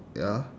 ya